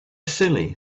silly